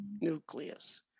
nucleus